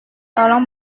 tolong